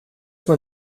man